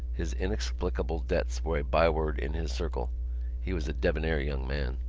his inexplicable debts were a byword in his circle he was a debonair young man.